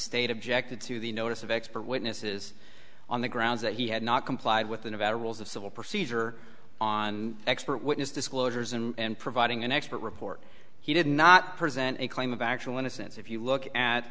state objected to the notice of expert witnesses on the grounds that he had not complied with the nevada rules of civil procedure on expert witness disclosures and providing an expert report he did not present a claim of actual innocence if you look at